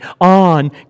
on